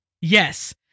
yes